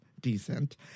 decent